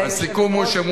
תגיד את הסיכום לפרוטוקול.